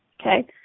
Okay